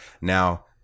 Now